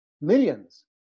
millions